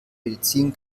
medizin